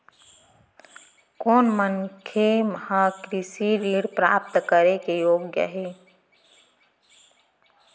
कोन मनखे ह कृषि ऋण प्राप्त करे के योग्य हे?